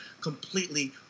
completely